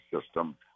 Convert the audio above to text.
system